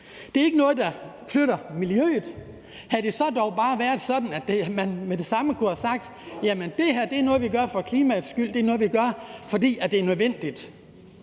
der flytter noget i forhold til miljøet. Havde det dog bare været sådan, at man med det samme kunne have sagt: Jamen det her er noget, vi gør for klimaets skyld; det er noget,